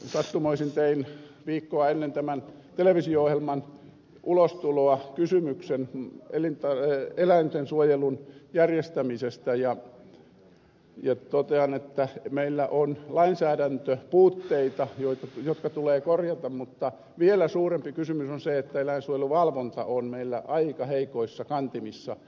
sattumoisin tein viikkoa ennen tämän televisio ohjelman ulostuloa kysymyksen eläintensuojelun järjestämisestä ja totean että meillä on lainsäädäntöpuutteita jotka tulee korjata mutta vielä suurempi kysymys on se että eläinsuojeluvalvonta on meillä aika heikoissa kantimissa